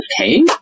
Okay